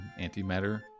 antimatter